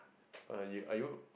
are you are you